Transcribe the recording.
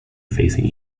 facing